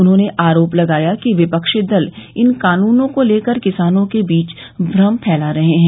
उन्होंने आरोप लगाया कि विपक्षी दल इन कानूनों को लेकर किसानों के बीच भ्रम फैला रहे हैं